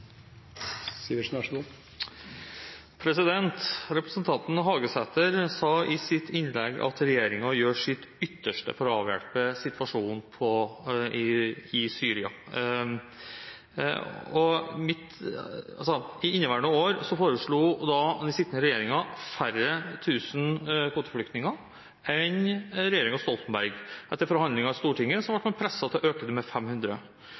replikkordskifte. Representanten Hagesæter sa i sitt innlegg at regjeringen gjør sitt ytterste for å avhjelpe situasjonen i Syria. I inneværende år foreslo den sittende regjeringen færre tusen kvoteflyktninger enn regjeringen Stoltenberg. Etter forhandlinger i Stortinget ble man presset til å øke med 500.